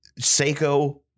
Seiko